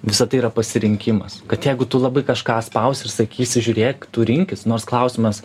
visa tai yra pasirinkimas kad jeigu tu labai kažką spausi ir sakysi žiūrėk tu rinkis nors klausimas